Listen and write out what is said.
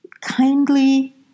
kindly